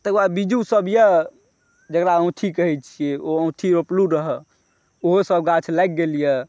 आ ताहिके बाद बीजू सभ यऽ जकरा आँठी कहैत छियै ओ आँठी रोपलु रहऽ ओहोसभ गाछ लागि गेल यऽ